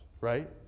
right